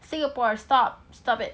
Singapore stop stop it